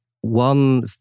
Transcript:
one